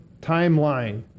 timeline